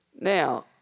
Now